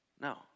No